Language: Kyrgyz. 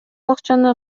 акчаны